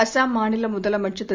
அசாம் மாநில முதலமைச்சர் திரு